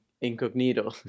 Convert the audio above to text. incognito